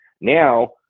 now